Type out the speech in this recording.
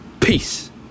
Peace